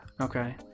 Okay